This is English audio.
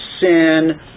sin